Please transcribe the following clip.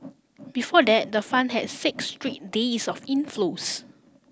before that the fund had six straight days of inflows